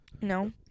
No